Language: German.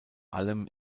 allem